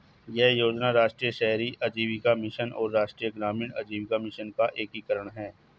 यह योजना राष्ट्रीय शहरी आजीविका मिशन और राष्ट्रीय ग्रामीण आजीविका मिशन का एकीकरण है